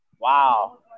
Wow